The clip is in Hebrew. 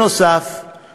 נוסף על כך,